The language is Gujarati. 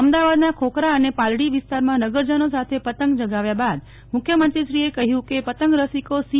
અમદાવાદના ખોખરા અને પાલડી વિસ્તારમાં નગરજનો સાથે પતંગ ચગાવ્યા બાદ મુખ્યમંત્રીએ કહ્યું કે પતંગરસીકો સી